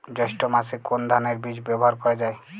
জৈষ্ঠ্য মাসে কোন ধানের বীজ ব্যবহার করা যায়?